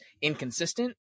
inconsistent